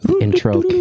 intro